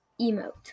emote